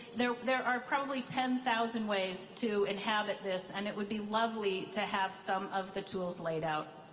there there are probably ten thousand ways to inhabit this and it would be lovely to have some of the tools laid out,